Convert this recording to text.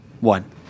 one